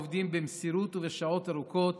העובדים במסירות ובשעות ארוכות